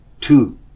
two